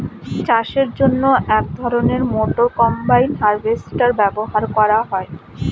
চাষের জন্য এক ধরনের মোটর কম্বাইন হারভেস্টার ব্যবহার করা হয়